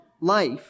life